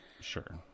Sure